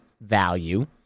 value